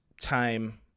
time